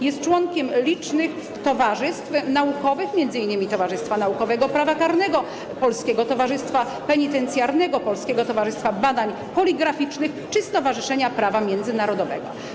Jest członkiem licznych towarzystw naukowych, m.in. Towarzystwa Naukowego Prawa Karnego, Polskiego Towarzystwa Penitencjarnego, Polskiego Towarzystwa Badań Poligraficznych czy Stowarzyszenia Prawa Międzynarodowego.